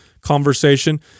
conversation